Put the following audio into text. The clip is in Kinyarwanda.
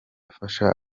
afasha